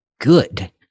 good